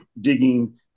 digging